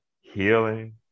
healing